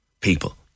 people